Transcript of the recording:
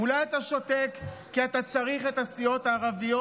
אולי אתה שותק כי אתה צריך את הסיעות הערביות